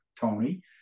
Tony